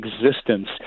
existence